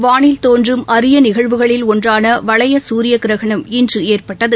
வானில் தோன்றும் அரியநிகழ்வுகளில் ஒன்றானவளையசூரியகிரகணம் இன்றுஏற்பட்டது